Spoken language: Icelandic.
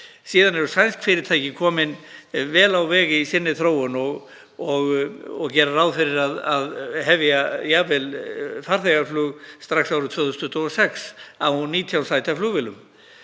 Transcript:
Síðan eru sænsk fyrirtæki komin vel á veg í þróun sinni og gera ráð fyrir að hefja jafnvel farþegaflug strax árið 2026 með 19 sæta flugvélum.